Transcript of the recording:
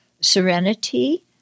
serenity